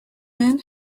man